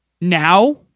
now